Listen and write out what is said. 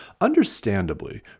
understandably